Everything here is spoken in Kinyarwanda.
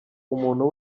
umuntu